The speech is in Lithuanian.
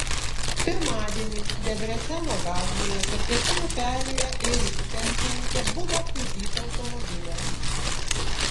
pirmadienį debreceno gatvėje per pėsčiųjų perėję ėjusi pensininkė buvo kliudyta automobilio